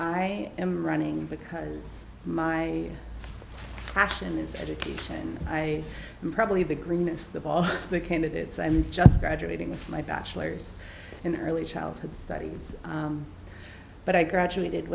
i am running because my passion is education and i am probably the greenest of all the candidates i'm just graduating with my bachelor's in early childhood studies but i graduated